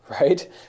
right